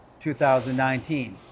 2019